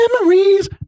Memories